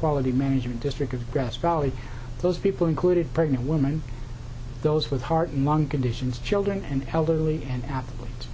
quality management district of grass valley those people included pregnant woman those with heart and lung conditions children and elderly and athletes